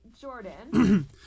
Jordan